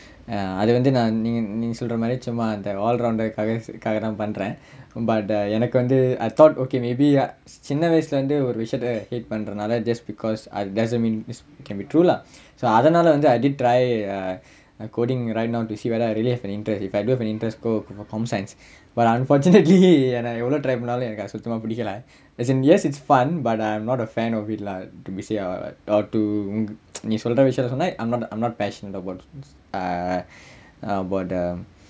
err அது வந்து நா நீங்க சொல்ற மாதிரி சும்மா அந்த:athu vanthu naa neenga solra maadiri summa antha all rounder காக காக தான் பண்றேன்:kaaga kaaga thaan pandraen but err எனக்கு வந்து:enakku vanthu I thought okay maybe சின்ன வயசுல வந்து ஒரு விஷயத்த:chinna vayasula vanthu oru vishayatha hate பண்றனால:pandranaala just because doesn't mean it can be true lah so அதனால வந்து:athanaala vanthu I did try coding to see right now if I do have an interest if I do code for computer science but unfortunately ஏன்னா எவ்வளவு:yaennaa evvalavu try பண்ணாலும் எனக்கு அது சுத்தமா புடிக்கல:pannaalum enakku athu suthamaa pudikkala as in yes it's fun but I'm not a fan of it lah to be safe or to நீ சொல்ற விஷயத்த சொன்னா:nee solra vishayatha sonnaa I'm not passion about the about the